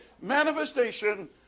manifestation